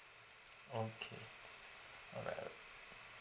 okay alright alright